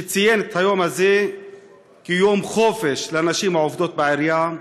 שציין את היום הזה כיום חופש לנשים העובדות בעירייה,